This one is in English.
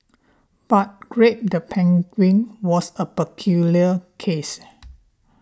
but grape the penguin was a peculiar case